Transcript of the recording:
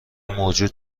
موجود